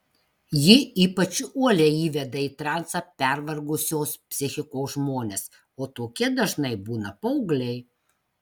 ji ypač uoliai įveda į transą pervargusios psichikos žmones o tokie dažnai būna paaugliai